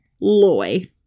Loy